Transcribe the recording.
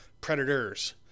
predators